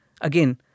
again